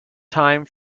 time